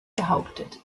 behauptet